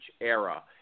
era